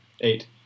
Eight